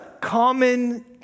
common